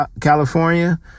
California